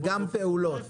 וגם פעולות.